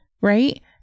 right